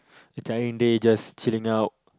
a tiring day just chilling out